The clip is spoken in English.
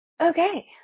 Okay